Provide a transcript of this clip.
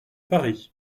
paris